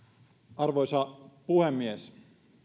arvoisa puhemies